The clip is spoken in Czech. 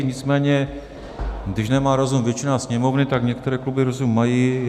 Nicméně když nemá rozum většina sněmovny, tak některé kluby rozum mají.